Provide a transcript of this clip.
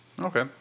Okay